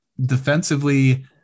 defensively